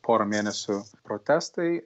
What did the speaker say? porą mėnesių protestai